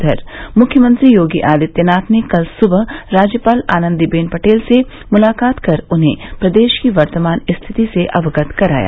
उधर मुख्यमंत्री योगी आदित्यनाथ ने कल सुबह राज्यपाल आनंदीबेन पटेल से मुलाकात कर उन्हें प्रदेश की वर्तमान स्थिति से अवगत कराया